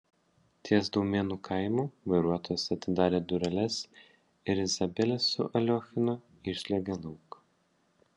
ties daumėnų kaimu vairuotojas atidarė dureles ir izabelė su aliochinu išsliuogė lauk